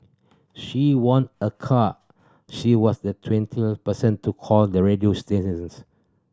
she won a car she was the person to call the radio stations